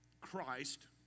Christ